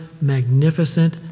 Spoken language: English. magnificent